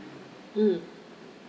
mm